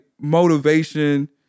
motivation